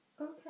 Okay